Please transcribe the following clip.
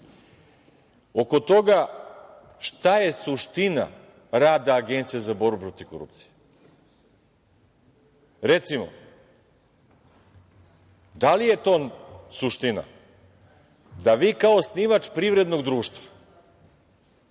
oko toga šta je suština rada Agencije za borbu protiv korupcije. Recimo, da li je to suština da vi kao osnivač Privrednog društva